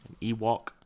Ewok